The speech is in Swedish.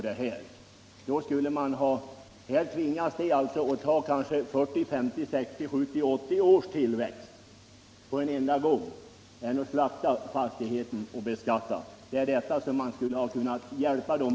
Det är för att hjälpa dessa. Nu tvingas de kanske att ta ut och beskatta 40-80 års tillväxt på en enda gång. Man borde ha hjälpt dem med en vidgad insättningsrätt.